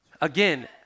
Again